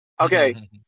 Okay